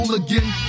again